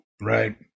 right